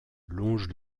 longe